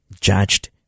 judged